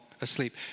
asleep